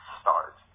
start